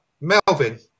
Melvin